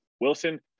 Wilson